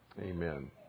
amen